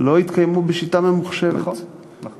לא התקיימו בשיטה ממוחשבת, נכון.